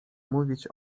mówić